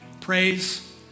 Praise